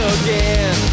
again